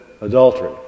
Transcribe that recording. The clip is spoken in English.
adultery